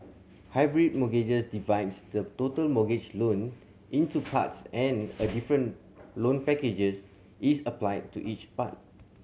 hybrid mortgages divides the total mortgage loan into parts and a different loan packages is applied to each part